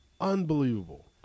Unbelievable